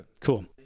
Cool